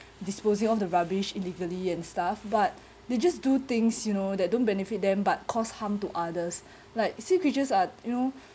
disposing off the rubbish illegally and stuff but they just do things you know that don't benefit them but cause harm to others like sea creatures are you know